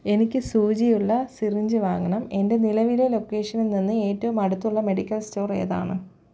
എനിക്ക് സൂചിയുള്ള സിറിഞ്ച് വാങ്ങണം എന്റെ നിലവിലെ ലൊക്കേഷനിൽ നിന്ന് ഏറ്റവും അടുത്തുള്ള മെഡിക്കൽ സ്റ്റോർ ഏതാണ്